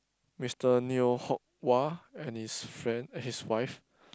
Mister Neo Hock Wah and his friend and his wife